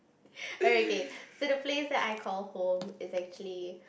alright okay so the place that I call home is actually